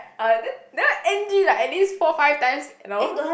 uh then then the N_G like at least four five times you know